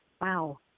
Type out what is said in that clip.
Wow